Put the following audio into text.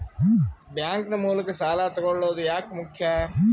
Bank ನ ಮೂಲಕ ಸಾಲ ತಗೊಳ್ಳೋದು ಯಾಕ ಮುಖ್ಯ?